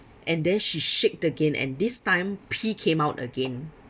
and then she shaked again and this time pee came out again